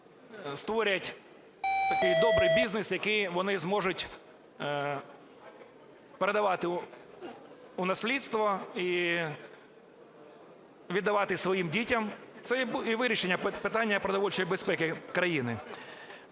створять такий добрий бізнес, який вони зможуть передавати у наследство і віддавати своїм дітям – це і вирішення питання продовольчої безпеки країни.